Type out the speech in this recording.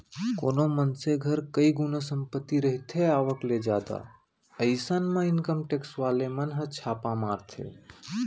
कोनो मनसे घर कई गुना संपत्ति रहिथे आवक ले जादा अइसन म इनकम टेक्स वाले मन ह छापा मारथे